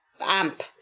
Amp